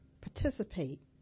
participate